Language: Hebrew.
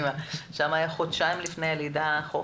שם היה חודשיים לפני הלידה חופש.